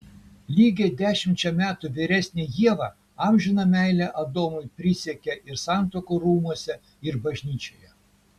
lygiai dešimčia metų vyresnė ieva amžiną meilę adomui prisiekė ir santuokų rūmuose ir bažnyčioje